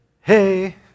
hey